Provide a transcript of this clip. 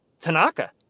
Tanaka